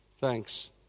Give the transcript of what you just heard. Thanks